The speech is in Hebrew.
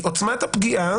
כי עוצמת הפגיעה